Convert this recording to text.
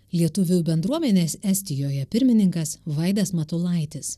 lietuvių bendruomenės estijoje pirmininkas vaidas matulaitis